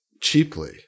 cheaply